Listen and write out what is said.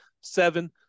seven